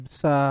sa